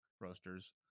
Roasters